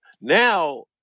now